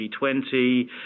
G20